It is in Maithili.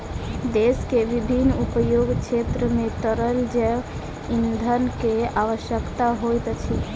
देश के विभिन्न उद्योग क्षेत्र मे तरल जैव ईंधन के आवश्यकता होइत अछि